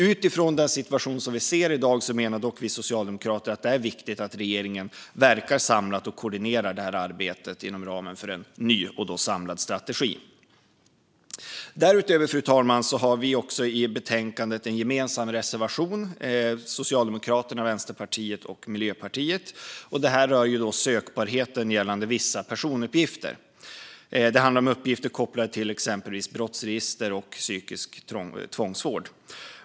Utifrån dagens situation menar dock Socialdemokraterna att det är viktigt att regeringen verkar samlat och koordinerar detta arbete inom ramen för en ny och samlad strategi. Fru talman! Socialdemokraterna har också en reservation tillsammans med Vänsterpartiet och Miljöpartiet som rör sökbarheten gällande vissa personuppgifter. Det handlar om uppgifter kopplade till exempelvis brottsregistret och psykisk tvångsvård.